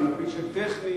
אני מבין שטכנית,